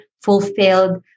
fulfilled